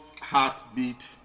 heartbeat